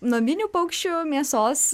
naminių paukščių mėsos